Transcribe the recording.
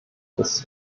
des